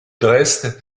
dresde